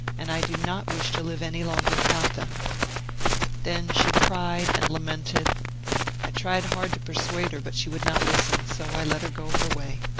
and i do not wish to live any longer without them then she cried and lamented i tried hard to persuade her, but she would not listen, so i let her go her way.